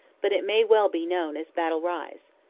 but it may well be known as battle rise.